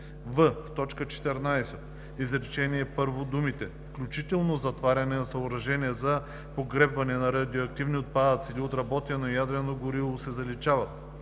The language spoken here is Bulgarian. т. 14, изречение първо думите „включително затваряне на съоръжение за погребване на радиоактивни отпадъци или отработено ядрено гориво“ се заличават;